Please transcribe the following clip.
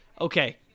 okay